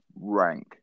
rank